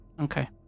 Okay